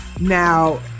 Now